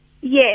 Yes